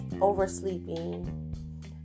oversleeping